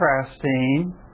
contrasting